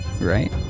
Right